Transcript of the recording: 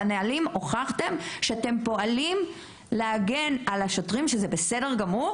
כי בנהלים הוכחתם שאתם פועלים להגן על השוטרים שזה בסדר גמור